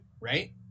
right